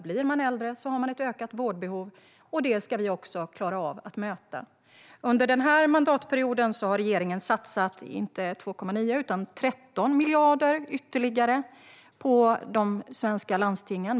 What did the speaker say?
Blir man äldre har man ett ökat vårdbehov, och det ska vi klara av att möta. Under den här mandatperioden har regeringen satsat inte 2,9 utan 13 miljarder ytterligare på de svenska landstingen.